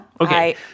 Okay